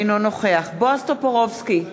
אינו נוכח בועז טופורובסקי,